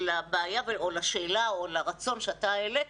ולשאלה או לבעיה או לרצון שאתה העלית,